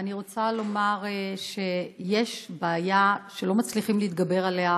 ואני רוצה לומר שיש בעיה שלא מצליחים להתגבר עליה,